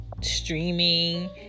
streaming